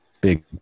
big